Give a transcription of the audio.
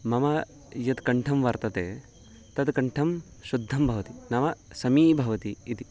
मम यत् कण्ठं वर्तते तद् कण्ठं शुद्धं भवति नाम समी भवति इति